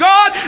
God